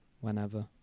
whenever